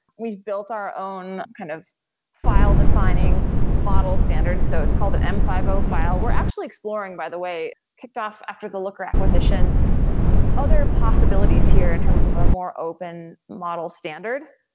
we've built our own kind of file-defining model standard. so it's called an m five zero file. we're actually exploring, by the way, kicked off after the looker acquisition other possibilities here in terms of a more open model standard.